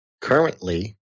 currently